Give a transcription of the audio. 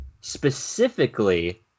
Specifically